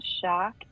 shock